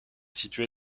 située